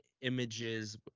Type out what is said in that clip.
images